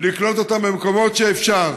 לקלוט אותם במקומות שאפשר,